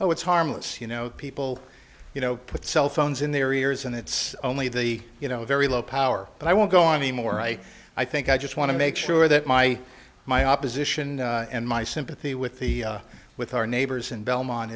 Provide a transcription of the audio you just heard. oh it's harmless you know people you know put cell phones in their ears and it's only the you know very low power but i won't go any more i i think i just want to make sure that my my opposition and my sympathy with the with our neighbors in belmont